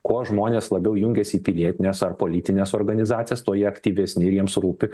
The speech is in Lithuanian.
kuo žmonės labiau jungiasi į pilietines ar politines organizacijas tuo jie aktyvesni ir jiems rūpi